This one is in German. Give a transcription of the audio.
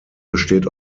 besteht